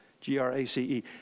G-R-A-C-E